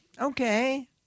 Okay